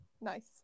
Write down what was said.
nice